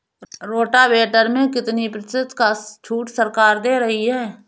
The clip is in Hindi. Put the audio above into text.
रोटावेटर में कितनी प्रतिशत का छूट सरकार दे रही है?